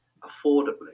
affordably